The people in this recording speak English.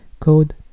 Code